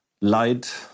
light